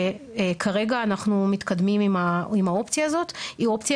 כרגע אנחנו מתקדמים עם האופציה הזאת, היא אופציה